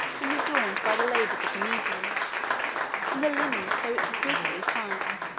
and adorned by the labors of the needle and the linen was so exquisitely fine,